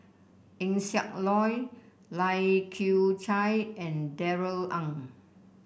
Eng Siak Loy Lai Kew Chai and Darrell Ang